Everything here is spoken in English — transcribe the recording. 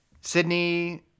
Sydney